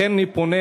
לכן אני פונה.